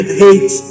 hate